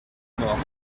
mort